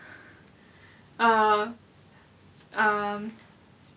uh um